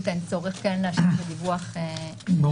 אין צורך כן להשאיר את הדיווח לוועדה.